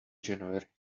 january